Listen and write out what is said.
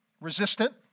resistant